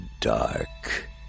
dark